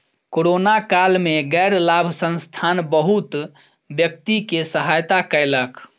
corona काल में गैर लाभ संस्थान बहुत व्यक्ति के सहायता कयलक